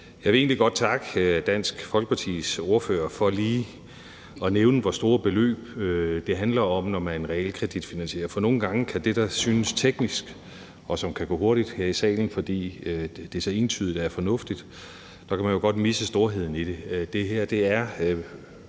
Jeg vil egentlig godt takke Dansk Folkepartis ordfører for lige at nævne, hvor store beløb det handler om, når man realkreditfinansierer. For det, der synes teknisk, og som kan gå hurtigt her i salen, fordi det så entydigt er fornuftigt, kan man nogle gange godt misse storheden i. Det